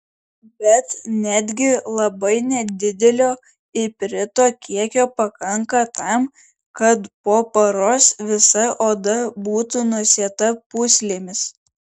bet netgi labai nedidelio iprito kiekio pakanka tam kad po paros visa oda būtų nusėta pūslėmis